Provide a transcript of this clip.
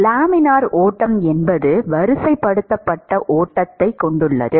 laminar ஓட்டம் என்பது வரிசைப்படுத்தப்பட்ட ஓட்டத்தைக் கொண்டுள்ளது